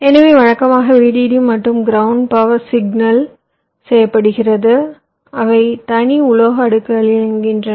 எனவே வழக்கமாக Vdd மற்றும் கிரவுண்ட் பவர் சிக்னல் செய்யப்படுகிறது அவை தனி உலோக அடுக்குகளில் இயங்குகின்றன